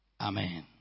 Amen